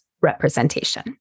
representation